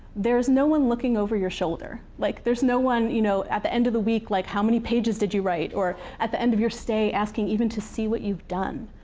there's no one looking over your shoulder. like there's no one you know at the end of the week, like how many pages did you write, or at the end of your stay, asking even to see what you've done.